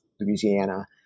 Louisiana